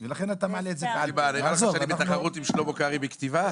אני לא בתחרות עם שלמה קרעי בכתיבה.